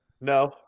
No